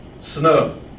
snow